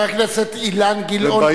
חבר הכנסת אילן גילאון,